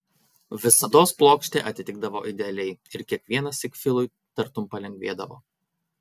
visados plokštė atitikdavo idealiai ir kiekvienąsyk filui tartum palengvėdavo